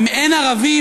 אם אין ערבים,